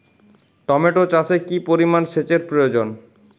Tomato চাষে কি পরিমান সেচের প্রয়োজন?